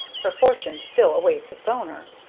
her fortune still awaits its owner.